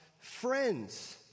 friends